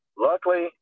Luckily